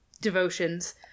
devotions